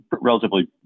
relatively